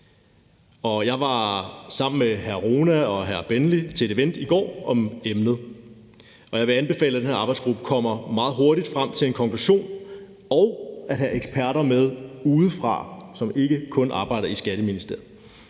jeg sammen med hr. Mohammad Rona og hr. Serdal Benli til et event om emnet, og jeg vil anbefale, at den her arbejdsgruppe kommer meget hurtigt frem til en konklusion, og at man har eksperter med udefra, og som ikke kun arbejder i Skatteministeriet.